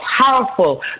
powerful